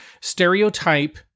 stereotype